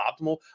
optimal